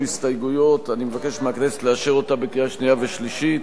אותה בקריאה השנייה והשלישית,